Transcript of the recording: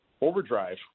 overdrive